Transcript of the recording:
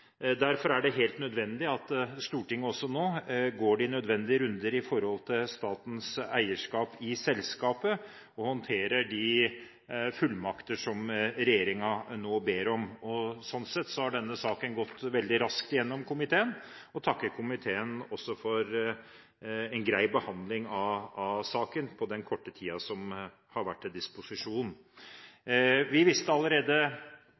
Derfor er det helt nødvendig at Stortinget også nå går de nødvendige runder når det gjelder statens eierskap i selskapet, og håndterer de fullmakter som regjeringen nå ber om. Slik sett har denne saken gått veldig raskt gjennom i komiteen, og jeg takker også komiteen for en grei behandling av saken i den korte tiden som har vært til disposisjon. Vi visste allerede